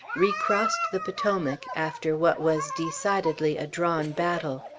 recrossed the potomac, after what was decidedly a drawn battle.